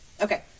Okay